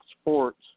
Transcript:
sports